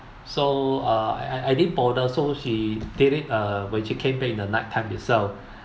so uh I I didn't bother so she did it uh when she came back in the night time itself